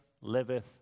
liveth